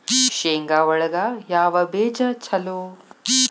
ಶೇಂಗಾ ಒಳಗ ಯಾವ ಬೇಜ ಛಲೋ?